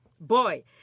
Boy